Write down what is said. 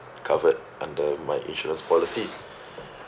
covered under my insurance policy